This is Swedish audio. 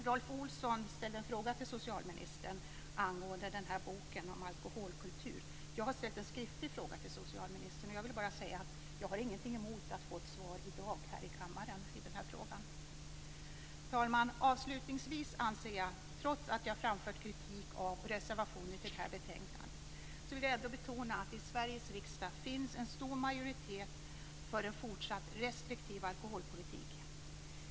Rolf Olsson ställde en fråga till socialministern om boken om alkoholkultur. Jag har sett en skriftlig fråga till socialministern. Jag har ingenting emot att få ett svar på denna fråga i kammaren i dag. Herr talman! Avslutningsvis vill jag betona - trots att jag har framfört kritik och fogat reservationer till betänkandet - att det i Sveriges riksdag finns en stor majoritet för en fortsatt restriktiv alkoholpolitik.